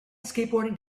skateboarding